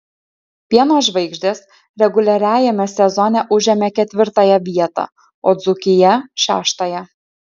pieno žvaigždės reguliariajame sezone užėmė ketvirtąją vietą o dzūkija šeštąją